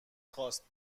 خواست